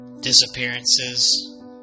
Disappearances